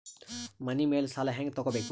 ಮನಿ ಮೇಲಿನ ಸಾಲ ಹ್ಯಾಂಗ್ ತಗೋಬೇಕು?